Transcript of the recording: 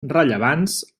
rellevants